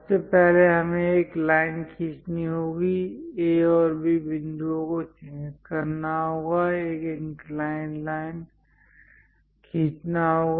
सबसे पहले हमें एक लाइन खींचनी होगी A और B बिंदुओं को चिह्नित करना होगा एक इंक्लाइंड लाइन खींचना होगा